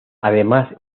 además